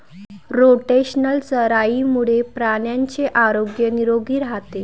rotational चराईमुळे प्राण्यांचे आरोग्य निरोगी राहते